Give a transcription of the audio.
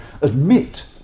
admit